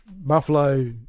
Buffalo